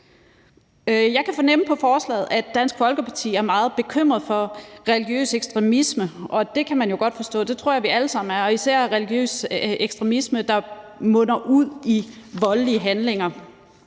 Jeg kan fornemme på forslaget, at Dansk Folkeparti er meget bekymret for religiøs ekstremisme, og det kan man jo godt forstå – det tror jeg vi alle sammen er – og især religiøs ekstremisme, der munder ud i voldelige handlinger.